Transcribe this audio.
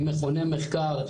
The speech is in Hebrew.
עם מכוני מחקר,